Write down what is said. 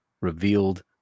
revealed